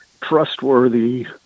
trustworthy